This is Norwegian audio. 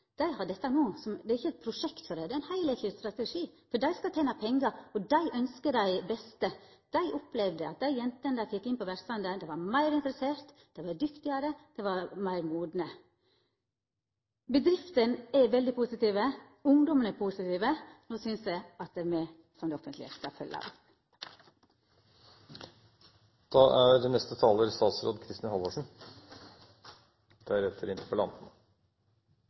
dei var veldig klare: Nettverk, arbeidsmiljø og rollemodellar var dei veldig opptekne av. Men det som òg kom fram, var at Toyota ikkje hadde dette som eit prosjekt, men som ein heilskapleg strategi, for dei skal tena pengar, og dei ønskjer dei beste. Dei opplevde at dei jentene dei fekk inn på verkstaden, var meir interesserte, dei var dyktigare, og dei var meir modne. Bedriftene er positive, ungdomen er positiv – no synest eg at det offentlege skal følgja